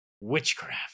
witchcraft